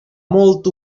molta